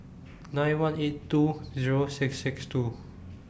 nine one eight two Zero six six two